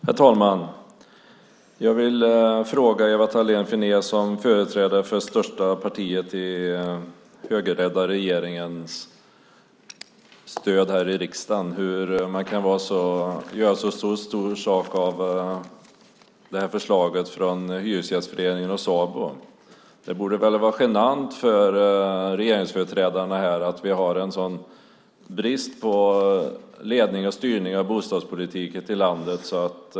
Herr talman! Jag vill fråga Ewa Thalén Finné som företrädare för det största partiet i den högerledda regeringens stöd här i riksdagen hur man kan göra så stor sak av förslaget från Hyresgästföreningen och Sabo. Det borde väl vara genant för regeringsföreträdarna här att vi har en sådan brist på ledning och styrning av bostadspolitiken i landet.